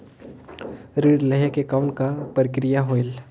ऋण लहे के कौन का प्रक्रिया होयल?